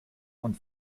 und